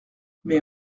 mais